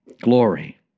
Glory